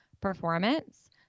performance